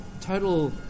total